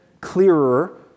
clearer